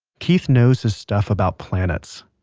keith knows his stuff about planets,